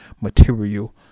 material